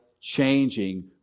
changing